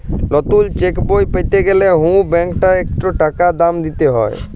লতুল চ্যাকবই প্যাতে গ্যালে হুঁ ব্যাংকটতে ইকট টাকা দাম দিতে হ্যয়